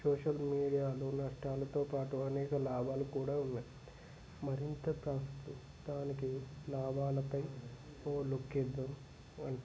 social మీడియాలో నష్టాలతో పాటు అనేక లాభాలు కూడా ఉన్నాయి మరింతగా దానికి లాభాలపై ఓ లుక్కేద్దాం